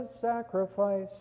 sacrifice